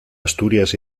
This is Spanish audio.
asturias